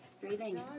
Breathing